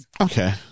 Okay